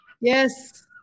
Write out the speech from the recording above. yes